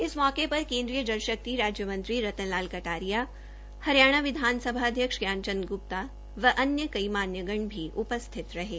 इस मौके पर केन्द्रीय जन शक्ति राज्य मंत्री रतन लाल कटारिया हरियाणा विधानसभा अध्यक्ष ज्ञान चंद गुप्ता व अन्य कई मान्य गण भी उपस्थित रहें